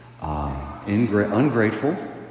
ungrateful